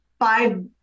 five